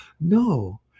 no